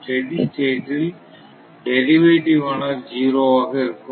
steady state ல் derivative ஆனது 0 ஆக இருக்கும்